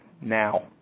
now